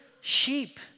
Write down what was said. sheep